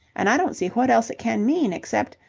and i don't see what else it can mean except.